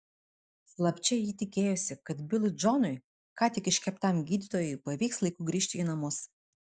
slapčia ji tikėjosi kad bilui džonui ką tik iškeptam gydytojui pavyks laiku grįžti į namus